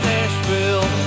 Nashville